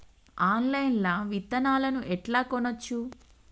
Online లా విత్తనాలను ఎట్లా కొనచ్చు?